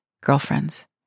girlfriends